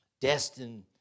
destined